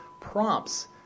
prompts